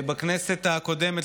בכנסת הקודמת,